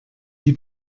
die